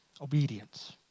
obedience